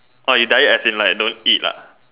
ah you diet as in like don't eat ah